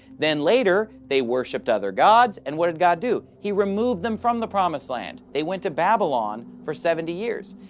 then later, they worshiped other gods, and what did god do? he removed them from the promised land. they went to babylon for seventy years.